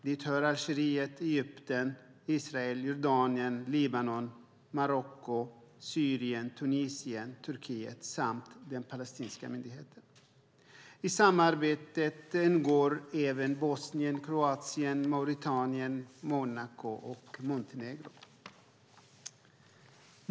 Dit hör Algeriet, Egypten, Israel, Jordanien, Libanon, Marocko, Syrien, Tunisien, Turkiet samt den palestinska myndigheten. I samarbetet ingår även Bosnien, Kroatien, Mauretanien, Monaco och Montenegro.